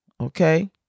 Okay